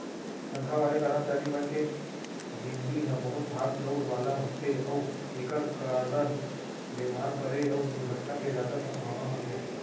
तनखा वाले करमचारी मन के निजगी ह बहुत भाग दउड़ वाला होथे अउ एकर कारन बेमार परे अउ दुरघटना के जादा संभावना होथे